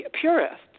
purists